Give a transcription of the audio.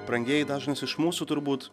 brangieji dažnas iš mūsų turbūt